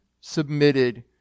submitted